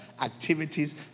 activities